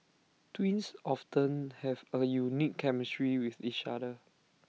twins often have A unique chemistry with each other